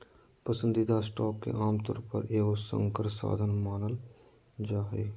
पसंदीदा स्टॉक के आमतौर पर एगो संकर साधन मानल जा हइ